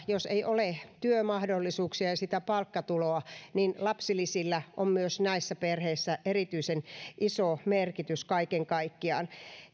jos ei ole työmahdollisuuksia ja sitä palkkatuloa niin lapsilisillä on myös näissä perheissä erityisen iso merkitys kaiken kaikkiaan